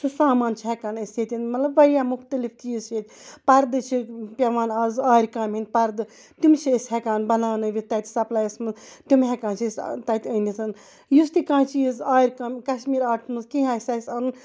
سہُ سامان چھِ ہیٚکان أسھ ییٚتہِ أنِتھ مَطلَب واریاہ مُختلِف چیٖز چھِ ییٚتہِ پَردٕ چھِ پیٚوان آز آرِ کامہِ ہٕنٛدۍ پَردٕ تِم چھِ أسۍ ہیٚکان بَناونٲوِتھ تَتہِ سَپلایَس مَنٛز تِم ہیٚکان چھِ أسۍ تَتہِ أنِتھ یُس تہِ کانٛہہ چیٖز آرِ کامہِ کَشمیر آٹَس مَنٛز کینٛہہ آسہِ اَسہِ اَنُن